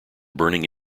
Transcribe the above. burning